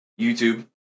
YouTube